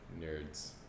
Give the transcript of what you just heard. nerds